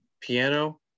piano